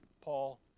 Paul